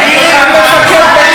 על אומן,